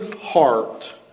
heart